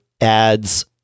adds